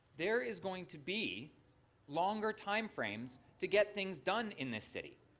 there is going to be longer timeframes to get things done in this city.